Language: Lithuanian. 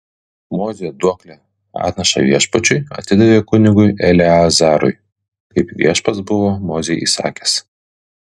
mozė duoklę atnašą viešpačiui atidavė kunigui eleazarui kaip viešpats buvo mozei įsakęs